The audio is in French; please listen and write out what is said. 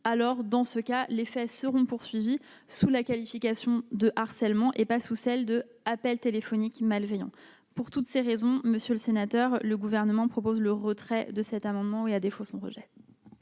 alors dans ce cas, les faits seront poursuivis sous la qualification de harcèlement et pas sous celle de appels téléphoniques malveillants pour toutes ces raisons, monsieur le sénateur, le gouvernement propose le retrait de cet amendement et à défaut son rejet.